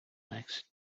next